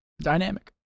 dynamic